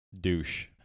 Douche